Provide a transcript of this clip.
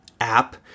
app